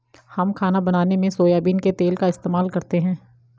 हम खाना बनाने में सोयाबीन के तेल का इस्तेमाल करते हैं